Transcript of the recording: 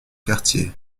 quartier